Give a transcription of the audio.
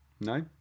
no